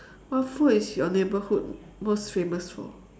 what food is your neighborhood most famous for